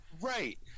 Right